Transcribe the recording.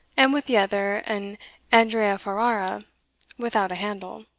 and with the other an andrea ferrara without a handle.